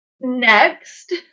Next